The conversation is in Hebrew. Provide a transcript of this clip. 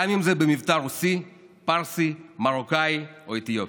גם אם זה במבטא רוסי, פרסי, מרוקאי או אתיופי.